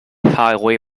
highway